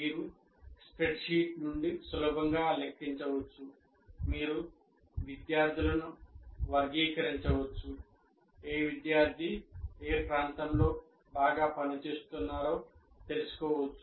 మీరు స్ప్రెడ్షీట్ నుండి సులభంగా లెక్కించవచ్చు మీరు విద్యార్థులను వర్గీకరించవచ్చు ఏ విద్యార్థి ఏ ప్రాంతంలో బాగా పని చేస్తున్నారో తెలుసుకోవచ్చు